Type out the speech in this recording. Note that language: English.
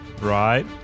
Right